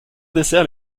dessert